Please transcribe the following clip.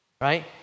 Right